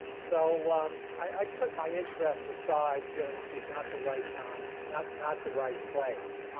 so i put my interests aside feeling this was not the right time, not not the right place.